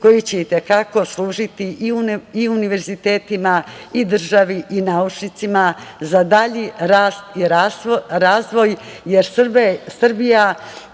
koja će i te kako služiti i univerzitetima i državi i naučnicima za dalji rast i razvoj jer težimo